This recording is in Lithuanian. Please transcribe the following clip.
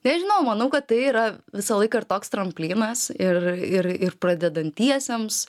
nežinau manau kad tai yra visą laiką ir toks tramplinas ir ir ir pradedantiesiems